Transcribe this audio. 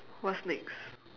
what's next